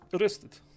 arrested